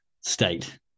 state